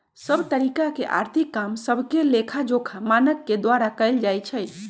सभ तरिका के आर्थिक काम सभके लेखाजोखा मानक के द्वारा कएल जाइ छइ